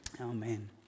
Amen